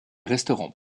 restaurant